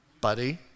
Buddy